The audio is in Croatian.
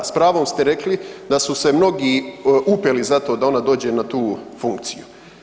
S pravom ste rekli da su se mnogi upleli za to da ona dođe na tu funkciju.